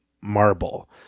marble